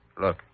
Look